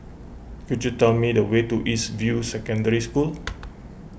could you tell me the way to East View Secondary School